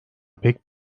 pek